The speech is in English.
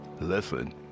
Listen